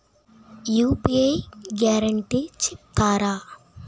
UPI guarantee చెప్తారా?